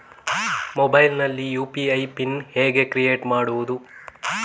Mobile ನಲ್ಲಿ UPI PIN ಹೇಗೆ create ಮಾಡುವುದು?